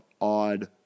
odd